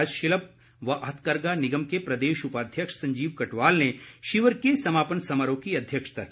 हस्तशिल्प व हथकघा निगम के प्रदेश उपाध्यक्ष संजीव कटवाल ने शिविर के समापन समारोह की अध्यक्षता की